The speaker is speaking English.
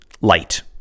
light